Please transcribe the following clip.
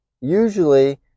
usually